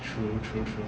true true true